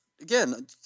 Again